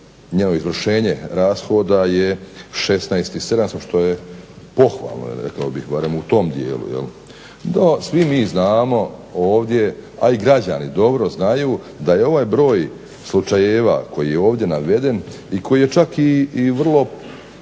njoj izvršenje rashoda je 16 700 što je pohvalno barem u tom dijelu je li. NO, svi mi znamo ovdje a i građani dobro znaju da je ovaj broj slučajeva koji je ovdje naveden i koji je čak pomno